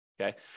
okay